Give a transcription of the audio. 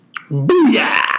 Booyah